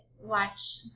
watch